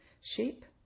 shape,